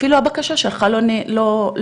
הבקשה שלך אפילו לא נבדקת,